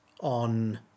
on